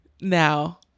Now